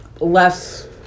less